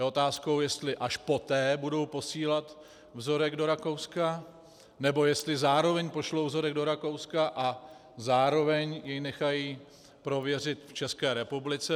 Je otázkou, jestli až poté budou posílat vzorek do Rakouska, nebo jestli zároveň pošlou vzorek do Rakouska a zároveň jej nechají prověřit v České republice.